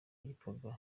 yitwaga